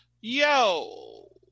yo